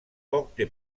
porte